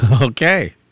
Okay